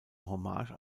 hommage